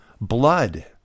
blood